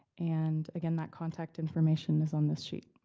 and again, that contact information is on the sheet.